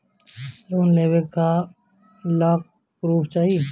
Loan लेवे ला का पुर्फ चाही?